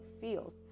feels